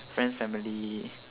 friends family